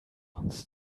uns